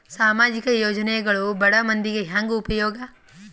ಸಾಮಾಜಿಕ ಯೋಜನೆಗಳು ಬಡ ಮಂದಿಗೆ ಹೆಂಗ್ ಉಪಯೋಗ?